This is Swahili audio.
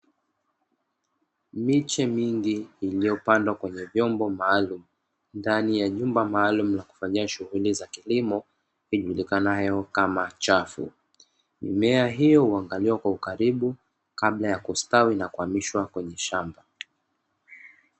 Miche mingi iiyopandwa kwenye vyombo maalumu, ndani ya jumba maalumu la kufanyia shughuli za kilimo zijulikanayo kama chafu, mimea hiyo huangaliwa kwa ukaribu kabla ya kustawi na kuamishiwa kwenye shamba.